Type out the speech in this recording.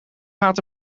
gaat